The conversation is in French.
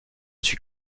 suis